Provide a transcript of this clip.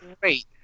great